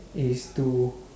is to